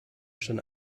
schon